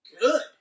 good